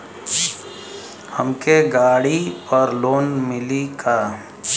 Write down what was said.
हमके गाड़ी पर लोन मिली का?